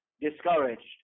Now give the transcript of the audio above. discouraged